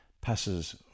passes